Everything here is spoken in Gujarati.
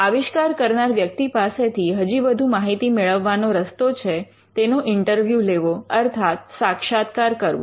આવિષ્કાર કરનાર વ્યક્તિ પાસેથી હજી વધુ માહિતી મેળવવા નો રસ્તો છે તેનો ઈન્ટરવ્યુ લેવો અર્થાત સાક્ષાત્કાર કરવો